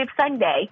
Sunday